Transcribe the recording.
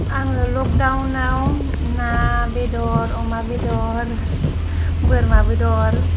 आङो लकदाउनाव ना बेदर अमा बेदर बोरमा बेदर